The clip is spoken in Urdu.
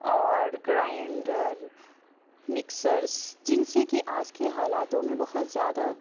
اور گرائنڈر مکسرس جن سے کہ آج کے حالاتوں میں بہت زیادہ